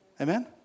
Amen